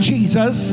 Jesus